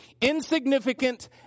insignificant